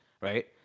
right